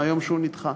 מהיום שהוא נדחה.